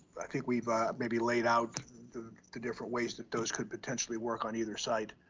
i think we've maybe laid out the the different ways that those could potentially work on either site.